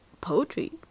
poetry